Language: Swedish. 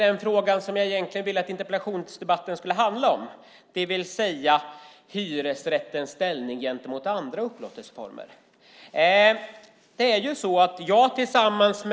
Den fråga som jag egentligen ville att interpellationsdebatten skulle handla om var hyresrättens ställning gentemot andra upplåtelseformer.